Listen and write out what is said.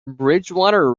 bridgewater